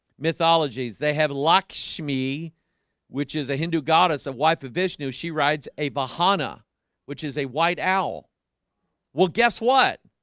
mythology's they have lakshmi which is a hindu goddess of wife of vishnu. she rides a vahana which is a white owl well, guess what?